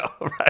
right